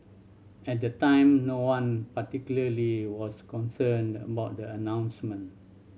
at the time no one particularly was concerned about the announcement